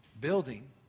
building